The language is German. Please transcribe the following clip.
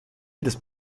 jedes